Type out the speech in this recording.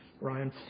Ryan